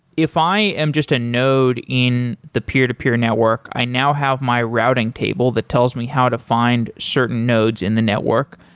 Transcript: if i am just a node in the peer-to-peer network, i not have my routing table that tells me how to find certain nodes in the network.